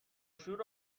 شور